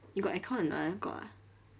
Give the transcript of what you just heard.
you got aircon or not ah got ah